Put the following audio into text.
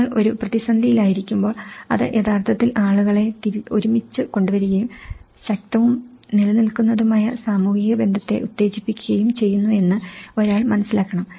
നിങ്ങൾ ഒരു പ്രതിസന്ധിയിലായിരിക്കുമ്പോൾ അത് യഥാർത്ഥത്തിൽ ആളുകളെ ഒരുമിച്ച് കൊണ്ടുവരികയും ശക്തവും നിലനിൽക്കുന്നതുമായ സാമൂഹിക ബന്ധത്തെ ഉത്തേജിപ്പിക്കുകയും ചെയ്യുന്നു എന്ന് ഒരാൾ മനസ്സിലാക്കണം